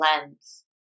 lens